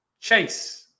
Chase